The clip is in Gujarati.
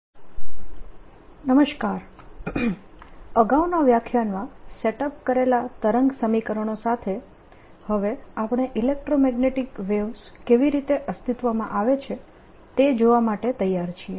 ફ્રી સ્પેસમાં ઈલેક્ટ્રોમેગ્નેટીક વેવ્સ I ગુણાત્મક ચિત્ર અગાઉના વ્યાખ્યાનમાં સેટઅપ કરેલા તરંગ સમીકરણો સાથે હવે આપણે ઇલેક્ટ્રોમેગ્નેટીક વેવ્સ કેવી રીતે અસ્તિત્વમાં આવે છે તે જોવા માટે તૈયાર છીએ